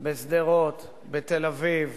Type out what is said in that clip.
בשדרות, בתל-אביב,